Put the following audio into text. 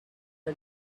the